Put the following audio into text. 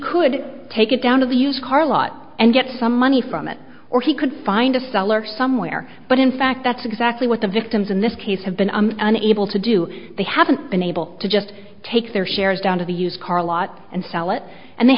could take it down to the used car lot and get some money from it or he could find a seller somewhere but in fact that's exactly what the victims in this case have been unable to do they haven't been able to just take their shares down to the used car lot and sell it and they